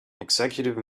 executive